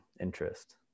interest